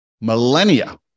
millennia